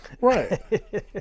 Right